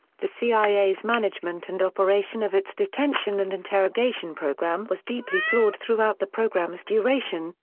the cia's management and operation of its detention and interrogation program was deeply flawed throughout the program's duration,